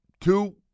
Two